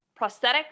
prosthetics